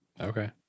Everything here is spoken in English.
Okay